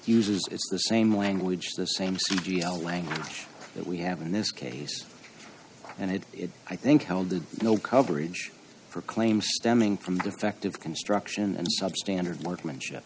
it's the same language the same language that we have in this case and it is i think held the no coverage for claims stemming from defective construction and substandard mark mention